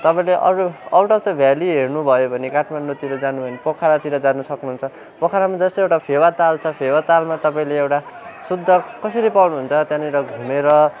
तपाईँले अरू out of the valley हेर्नुभयो भने काठमाडौँतिर जानु भयो भने पोखरातिर जान सक्नुहुन्छ पोखरामा जस्तै एउटा फेवाताल छ फेवातालमा तपाईँले एउटा सुन्दर कसरी पाउनु हुन्छ त्यहाँनिर घुमेर